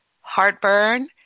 heartburn